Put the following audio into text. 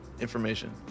information